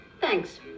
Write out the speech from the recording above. Thanks